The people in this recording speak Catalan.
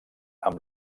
amb